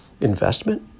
investment